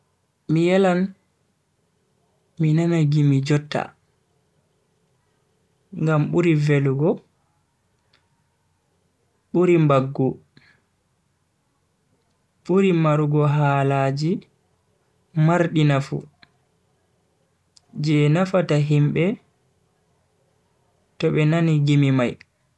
Mi yelan mi nana gimi jotta ngam buri velugo, buri mbaggu, buri marugo halaji mardi nafu je nafata himbe to be nani gimi mai.